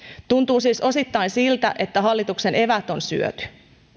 tuntuu siis osittain siltä että hallituksen eväät on syöty